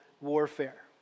warfare